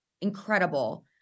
incredible